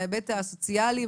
מההיבט הסוציאלי,